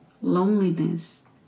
loneliness